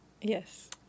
Yes